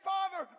Father